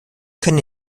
können